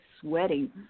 sweating